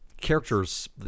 characters